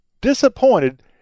disappointed